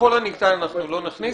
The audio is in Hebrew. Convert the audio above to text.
"ככל הניתן" לא נכניס,